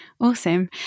awesome